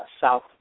South